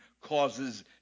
causes